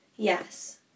Yes